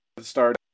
start